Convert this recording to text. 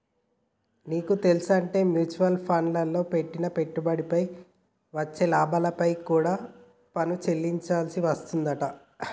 నీకు తెల్సుంటే మ్యూచవల్ ఫండ్లల్లో పెట్టిన పెట్టుబడిపై వచ్చే లాభాలపై కూడా పన్ను చెల్లించాల్సి వత్తదంట